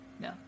No